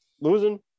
losing